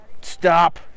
stop